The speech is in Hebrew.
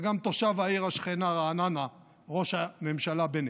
וגם תושב העיר השכנה רעננה, ראש הממשלה בנט,